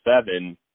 seven